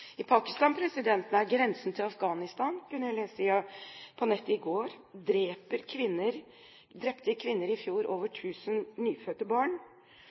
I Pakistan nær grensen til Afghanistan, kunne jeg lese på nettet i går, drepte kvinner i fjor over 1 000 nyfødte barn.